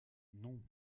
non